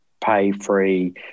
pay-free